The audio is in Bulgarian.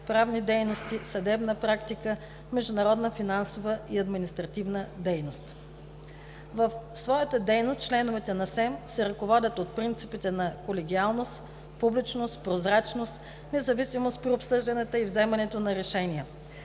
правни дейности и съдебна практика; международна, финансова и административна дейност. В своята дейност членовете на СЕМ се ръководят от принципите на: колегиалност, публичност и прозрачност; независимост при обсъжданията и вземането на решения;